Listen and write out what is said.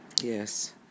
yes